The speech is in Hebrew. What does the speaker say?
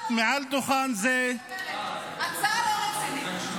מעל דוכן זה --- ההצעה לא רצינית.